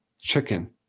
chicken